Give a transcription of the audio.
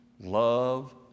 Love